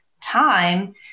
time